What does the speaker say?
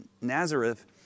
Nazareth